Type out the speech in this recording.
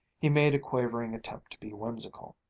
he made a quavering attempt to be whimsical.